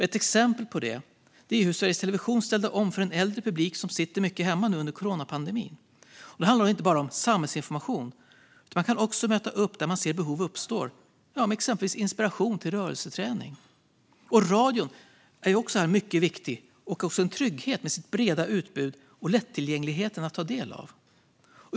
Ett exempel på det är hur Sveriges Television ställde om för en äldre publik som sitter mycket hemma nu under coronapandemin. Det handlar då inte bara om samhällsinformation, utan man kan också möta upp där man ser att behov uppstår med exempelvis inspiration till rörelseträning. Radion är också en viktig trygghet med ett brett utbud och är lättillgänglig att ta del av.